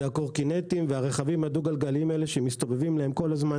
זה הקורקינטים והרכבים הדו-גלגליים שמסתובבים להם כל הזמן